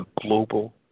global